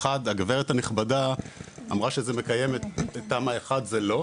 הגברת הנכבדה אמרה שזה מקיים את תמ"א1 זה לא,